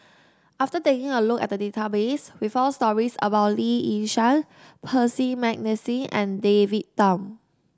after taking a look at the database we found stories about Lee Yi Shyan Percy McNeice and David Tham